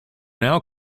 now